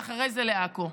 ואחרי זה לעכו,